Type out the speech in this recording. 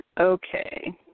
Okay